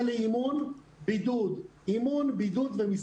ומתנהל בצורה של אימון-בידוד-אימון-בידוד ומשחקים.